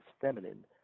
feminine